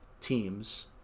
teams